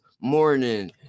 morning